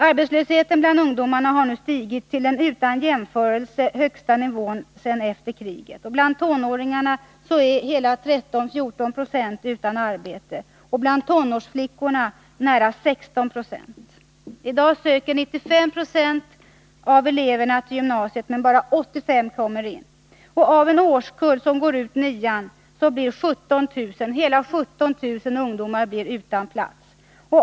Arbetslösheten bland ungdomarna har nu stigit till den utan jämförelse högsta nivån efter kriget. Bland tonåringarna är 13-14 96 utan arbete och bland tonårsflickorna nära 16 96. I dag söker 95 96 av eleverna till gymnasiet, men bara 85 926 kommer in. Av en årskull som går ut nian blir hela 17 000 ungdomar utan plats.